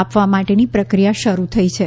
આપવા માટેની પ્રક્રિયા શરૂ થઈ છે